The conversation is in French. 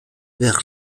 vers